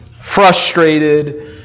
frustrated